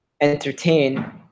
entertain